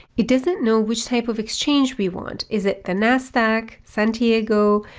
it doesn't know which type of exchange we want is it the nasdaq, santiago,